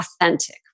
authentic